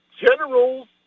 generals